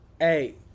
Hey